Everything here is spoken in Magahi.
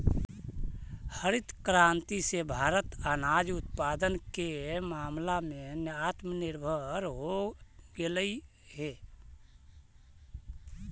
हरित क्रांति से भारत अनाज उत्पादन के मामला में आत्मनिर्भर हो गेलइ हे